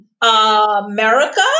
America